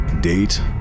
Date